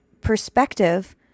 perspective